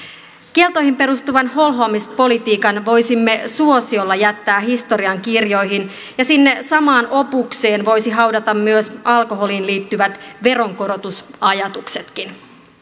kieltoihin perustuvan holhoamispolitiikan voisimme suosiolla jättää historiankirjoihin ja sinne samaan opukseen voisi haudata myös alkoholiin liittyvät veronkorotusajatuksetkin